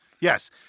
yes